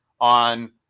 on